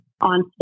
on